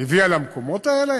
הביאה למקומות האלה?